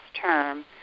term